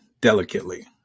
delicately